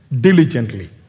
diligently